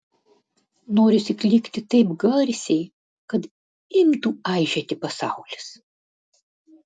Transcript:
norisi klykti taip garsiai kad imtų aižėti pasaulis